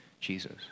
Jesus